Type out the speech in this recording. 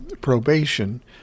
probation